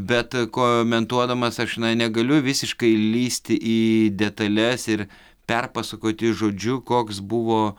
bet komentuodamas aš negaliu visiškai lįsti į detales ir perpasakoti žodžiu koks buvo